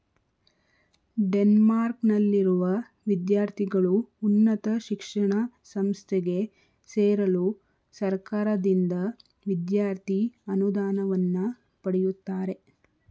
ಡೆನ್ಮಾರ್ಕ್ನಲ್ಲಿರುವ ವಿದ್ಯಾರ್ಥಿಗಳು ಉನ್ನತ ಶಿಕ್ಷಣ ಸಂಸ್ಥೆಗೆ ಸೇರಲು ಸರ್ಕಾರದಿಂದ ವಿದ್ಯಾರ್ಥಿ ಅನುದಾನವನ್ನ ಪಡೆಯುತ್ತಾರೆ